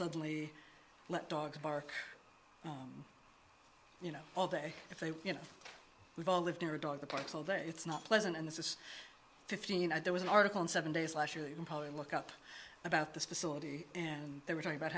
suddenly let dogs bark you know all day if they you know we've all lived near a dog parks all day it's not pleasant and this is fifteen and there was an article in seven days last year you can probably look up about this facility and they were talking about